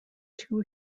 two